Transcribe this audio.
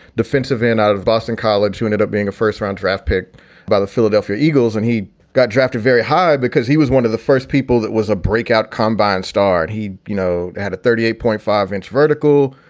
defensive end and out of boston college, who ended up being a first round draft pick by the philadelphia eagles. and he got drafted very high because he was one of the first people that was a breakout combine star. he you know, had a thirty eight point five inch vertical.